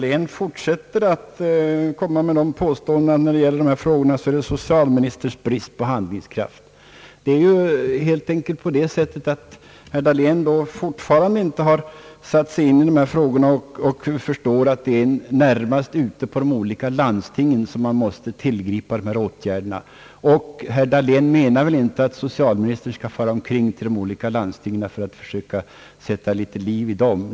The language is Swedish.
Herr talman! Herr Dahlén fortsätter att tala om socialministerns brist på handlingskraft. Herr Dahlén har tydligen fortfarande inte satt sig in i dessa frågor och förstått att det närmast är landstingen som skall vidtaga åtgärder. Herr Dahlén menade väl inte, att socialministern skall fara omkring till de olika landstingen för att försöka sätta liv i dem.